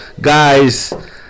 guys